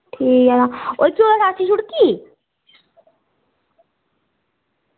ठीक ऐ तां छुड़की गी